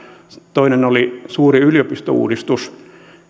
toinen oli suuri yliopistouudistus